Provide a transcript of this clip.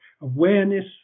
awareness